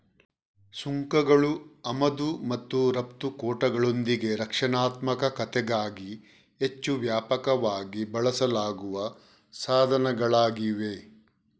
ಸುಂಕಗಳು ಆಮದು ಮತ್ತು ರಫ್ತು ಕೋಟಾಗಳೊಂದಿಗೆ ರಕ್ಷಣಾತ್ಮಕತೆಗಾಗಿ ಹೆಚ್ಚು ವ್ಯಾಪಕವಾಗಿ ಬಳಸಲಾಗುವ ಸಾಧನಗಳಾಗಿವೆ